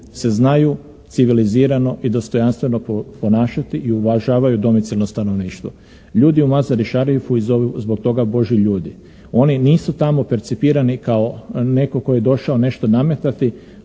se znaju civilizirano i dostojanstveno ponašati i uvažavaju domicijelno stanovništvo. Ljudi u …/Govornik se ne razumije./… ih zovu zbog toga "Božji ljudi". Oni nisu tamo percipirani kao netko tko je došao nešto nametati,